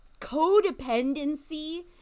codependency